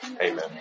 Amen